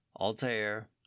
Altair